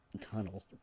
tunnel